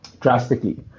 drastically